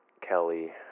Kelly